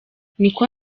niko